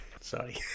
Sorry